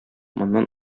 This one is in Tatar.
моннан